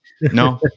No